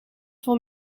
voor